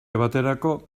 baterako